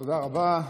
תודה רבה.